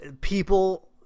people